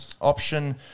option